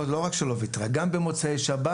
לא רק שלא ויתרה, גם ביום שבת,